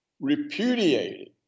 repudiated